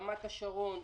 רמת השרון,